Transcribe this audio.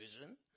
vision